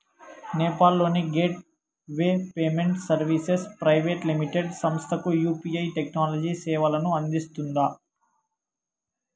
నేపాల్ లోని gateway payment services private limited సంస్థకు UPI technology సేవలను అందిస్తుందా?